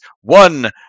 one